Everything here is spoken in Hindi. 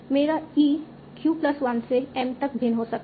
मेरा e q प्लस 1 से m तक भिन्न हो सकता है